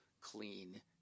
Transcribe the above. clean